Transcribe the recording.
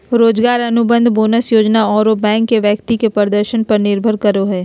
रोजगार अनुबंध, बोनस योजना आरो बैंक के व्यक्ति के प्रदर्शन पर निर्भर करो हइ